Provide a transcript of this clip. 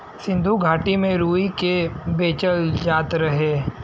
सिन्धु घाटी में रुई के बेचल जात रहे